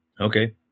Okay